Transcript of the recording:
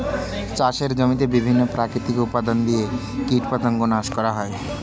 চাষের জমিতে বিভিন্ন প্রাকৃতিক উপাদান দিয়ে কীটপতঙ্গ নাশ করা হয়